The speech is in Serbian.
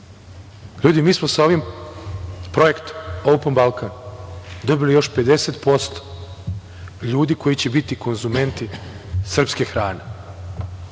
Ljudi, mi smo sa ovim projektom "Open Balkan" dobili još 50% ljudi koji će biti konzumenti srpske hrane.